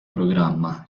programma